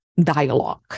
dialogue